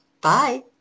Bye